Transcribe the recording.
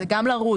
זה גם לרוץ,